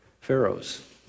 pharaohs